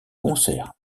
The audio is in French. concert